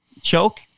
Choke